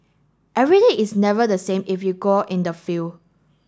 every day is never the same if you go in the field